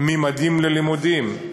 "ממדים ללימודים".